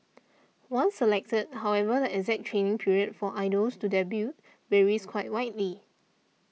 once selected however the exact training period for idols to debut varies quite widely